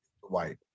white